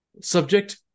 subject